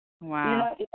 Wow